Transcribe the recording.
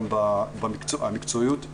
המקצועיות,